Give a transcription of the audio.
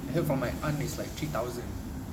I heard from my aunt it's like three thousand